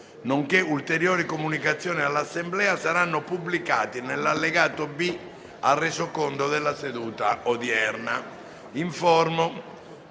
nonché ulteriori comunicazioni all'Assemblea saranno pubblicati nell'allegato B al Resoconto della seduta odierna.